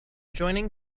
joining